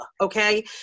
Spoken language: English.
Okay